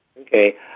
Okay